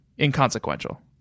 inconsequential